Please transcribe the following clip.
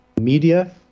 media